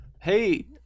Hey